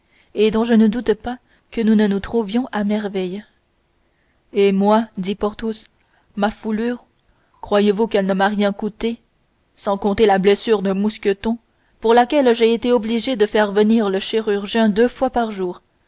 et dont je ne doute pas que nous ne nous trouvions à merveille et moi dit porthos ma foulure croyez-vous qu'elle ne m'a rien coûté sans compter la blessure de mousqueton pour laquelle j'ai été obligé de faire venir le chirurgien deux fois par jour